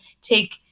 take